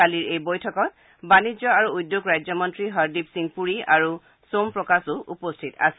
কালিৰ এই বৈঠকত বাণিজ্য আৰু উদ্যোগ ৰাজ্যমন্ত্ৰী হযদীপ সিঙ পুৰী আৰু সোম প্ৰকাশো উপস্থিত আছিল